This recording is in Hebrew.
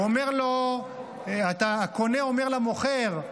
הקונה אומר למוכר: